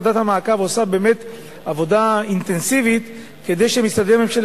ועדת המעקב עושה באמת עבודה אינטנסיבית כדי שמשרדי הממשלה